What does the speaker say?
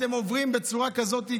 אתם עוברים בצורה כזאת,